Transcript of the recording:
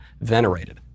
venerated